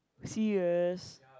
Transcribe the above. serious